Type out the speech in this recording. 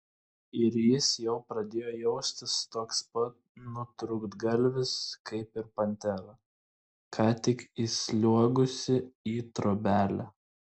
ir jis jau pradėjo jaustis toks pat nutrūktgalvis kaip ir pantera ką tik įsliuogusi į trobelę